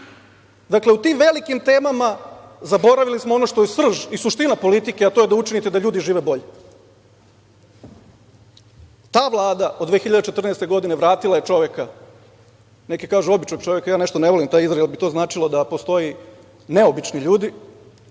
Dakle, u tim velikim temama, zaboravili smo ono što je srž i suština politike, a to je da učinite da ljudi žive bolje. Vlada, od 2014. godine vratila je čoveka, neki kažu običnog čoveka, ja nešto ne volim taj izraz jer bi to značilo da postoje i neobični ljudi,